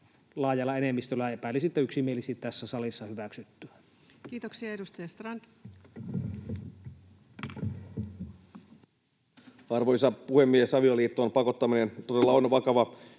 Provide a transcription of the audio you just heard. laajalla enemmistöllä — epäilisin, että yksimielisesti — tässä salissa hyväksyttyä. Kiitoksia. — Edustaja Strand. Arvoisa puhemies! Avioliittoon pakottaminen todella on vakava